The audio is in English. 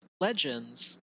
Legends